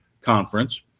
conference